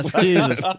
Jesus